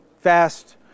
fast